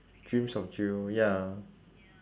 dreams of jiro ya ah